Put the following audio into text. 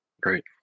Great